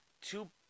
two